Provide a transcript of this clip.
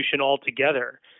altogether